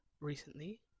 recently